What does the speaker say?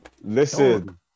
Listen